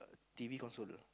T_V console